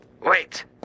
Wait